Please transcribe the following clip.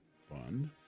fund